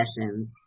sessions